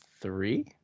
three